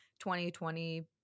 2020